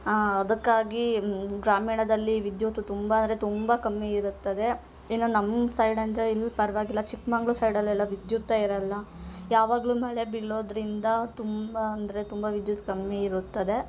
ಅದಕ್ಕಾಗಿ ಗ್ರಾಮೀಣದಲ್ಲಿ ವಿದ್ಯುತ್ ತುಂಬ ಅಂದರೆ ತುಂಬ ಕಮ್ಮಿ ಇರುತ್ತದೆ ಇಲ್ಲ ನಮ್ಮ ಸೈಡ್ ಅಂದರೆ ಇಲ್ಲ ಪರವಾಗಿಲ್ಲ ಚಿಕ್ಕಮಗ್ಳೂರು ಸೈಡಲ್ಲೆಲ್ಲ ವಿದ್ಯುತ್ತೇ ಇರೋಲ್ಲ ಯಾವಾಗಲೂ ಮಳೆ ಬೀಳೋದರಿಂದ ತುಂಬ ಅಂದರೆ ತುಂಬ ವಿದ್ಯುತ್ ಕಮ್ಮಿ ಇರುತ್ತದೆ